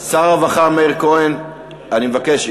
שר הרווחה מאיר כהן, אני מבקש.